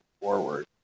forward